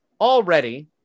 already